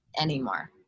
anymore